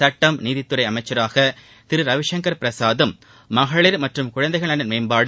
சுட்டம் நீதித்துறை அமைச்சராக திரு ரவிசங்கர் பிரசாத்தும் மகளிர் மற்றும் குழந்தைகள் நலன் மேம்பாடு